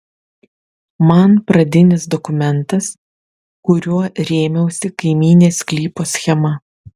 man pradinis dokumentas kuriuo rėmiausi kaimynės sklypo schema